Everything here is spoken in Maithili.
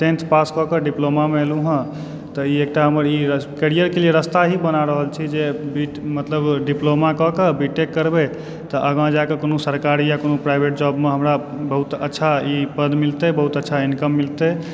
टेंथ पासकऽ कऽडिप्लोमामे एलु हँ तऽ ई एकटा हमर ई करियरके लिए रास्ता ही बना रहल छी जे डिप्लोमा करिकऽ बी टेक करबय तऽ आगाँ जाके कोनो सरकारी या कोनो प्राइवेट जॉबमऽ हमरा बहुत अच्छा ई पद मिलतय बहुत अच्छा इनकम मिलतय